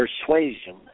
persuasion